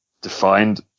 defined